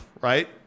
right